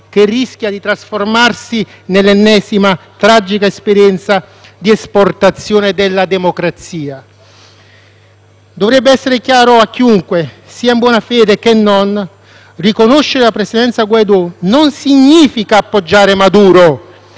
che rischia di trasformarsi nell'ennesima tragica esperienza di esportazione della democrazia. Dovrebbe essere chiaro a chiunque sia in buona fede che non riconoscere la presidenza Guaidó non significa appoggiare Maduro: